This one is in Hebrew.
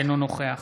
אינו נוכח